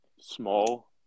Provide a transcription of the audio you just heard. small